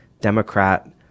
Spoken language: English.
Democrat